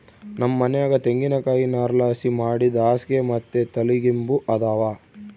ನಮ್ ಮನ್ಯಾಗ ತೆಂಗಿನಕಾಯಿ ನಾರ್ಲಾಸಿ ಮಾಡಿದ್ ಹಾಸ್ಗೆ ಮತ್ತೆ ತಲಿಗಿಂಬು ಅದಾವ